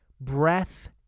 breath